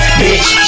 bitch